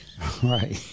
right